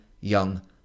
Young